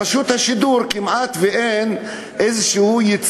ברשות השידור כמעט אין ייצוג,